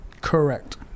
Correct